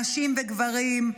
נשים וגברים.